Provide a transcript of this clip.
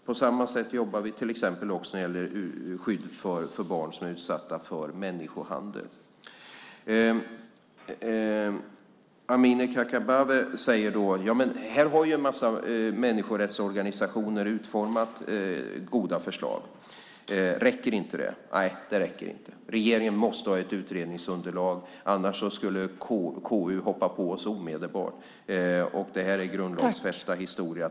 På samma sätt jobbar vi till exempel när det gäller skydd för barn som är utsatta för människohandel. Amineh Kakabaveh säger: Ja, men här har ju en massa människorättsorganisationer utformat goda förslag. Räcker inte det? Nej, det räcker inte. Regeringen måste ha ett utredningsunderlag, annars skulle KU hoppa på oss omedelbart. Det är grundlagsfäst.